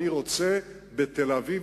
אני רוצה בתל-אביב,